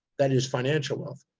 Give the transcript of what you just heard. that is financial wealth.